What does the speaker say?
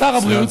סגן שר.